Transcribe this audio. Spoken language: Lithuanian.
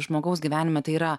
žmogaus gyvenime tai yra